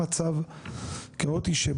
בכזאת סיטואציה,